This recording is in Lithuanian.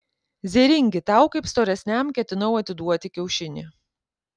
zėringi tau kaip storesniam ketinau atiduoti kiaušinį